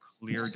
clear